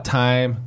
time